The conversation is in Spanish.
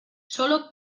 sólo